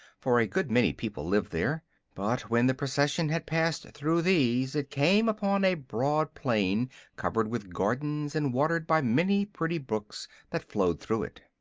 for a good many people lived there but when the procession had passed through these it came upon a broad plain covered with gardens and watered by many pretty brooks that flowed through it.